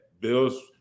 Bills